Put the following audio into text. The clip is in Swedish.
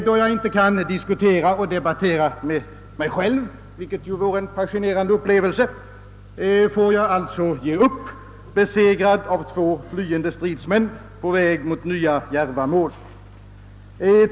Då jag inte kan debattera med mig själv — något som i och för sig vore en fascinerande upplevelse — får jag alltså ge upp, besegrad av två flyende stridsmän på väg mot nya, djärva mål.